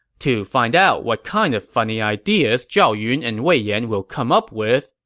to find out what kind of funny ideas zhao yun and wei yan will come up with,